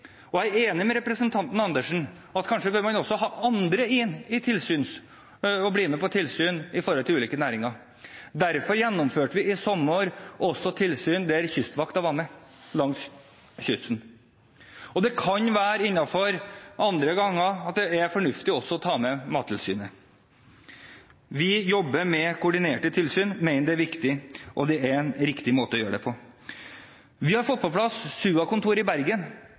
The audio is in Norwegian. og her er jeg enig med representanten Andersen – at man kanskje har andre med på tilsyn i ulike næringer. Derfor gjennomførte vi i sommer også tilsyn der Kystvakta var med langs kysten. Andre ganger kan det være fornuftig også å ta med Mattilsynet. Vi jobber med koordinerte tilsyn, vi mener det er viktig og en riktig måte å gjøre det på. Vi har fått på plass SUA-kontor i Bergen